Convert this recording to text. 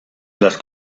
las